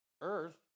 Earth